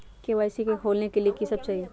KYC का का खोलने के लिए कि सब चाहिए?